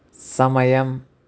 సమయం